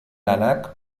lanak